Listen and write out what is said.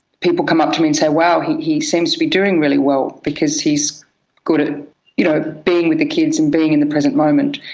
people come up to me and say, wow, he he seems to be doing really well, because he's good at ah you know being with the kids and being in the present moment,